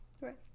Right